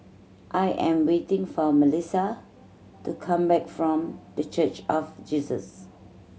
I am waiting for Melisa to come back from The Church of Jesus